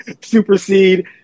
supersede